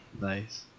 Nice